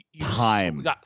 Time